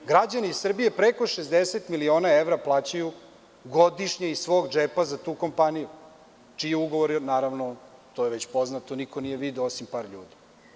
Građani Srbije preko 60 miliona evra plaćaju godišnje iz svog džepa za tu kompaniju, čiji ugovor, naravno, to je već poznato, niko nije video osim par ljudi.